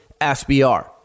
SBR